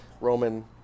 Roman